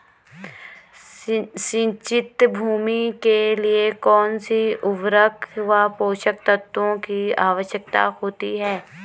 सिंचित भूमि के लिए कौन सी उर्वरक व पोषक तत्वों की आवश्यकता होती है?